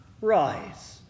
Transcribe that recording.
rise